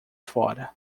fora